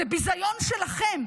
זה ביזיון שלכם,